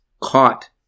caught